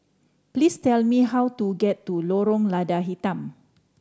please tell me how to get to Lorong Lada Hitam